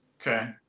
Okay